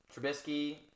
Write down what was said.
Trubisky